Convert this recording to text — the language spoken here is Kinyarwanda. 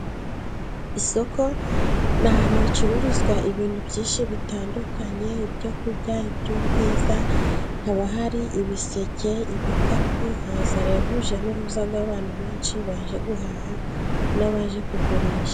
Isoko ni ahantu hacururizwa ibintu byinshi bitandukanye ibyo kurya, iby'ubwiza, haba hari ibiseke, ibikapu , haza rero urujya n'uruza rw'abantu benshi baje guhaha n'abaje kugurisha.